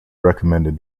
recommended